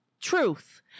Truth